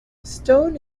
stone